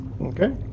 Okay